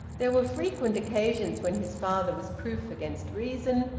there were frequent occasions when his father was proof against reason,